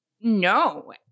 No